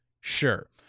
Sure